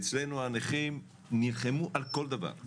אצלנו הנכים נלחמו על כל דבר.